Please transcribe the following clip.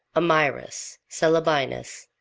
amyras, celebinus,